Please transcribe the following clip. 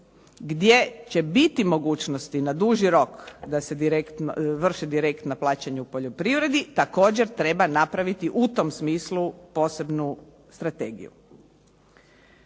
gdje će biti mogućnosti na duži rok da se vrši direktna plaćanja u poljoprivredi, također treba napraviti u tom smislu posebnu strategiju.